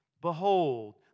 behold